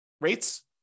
rates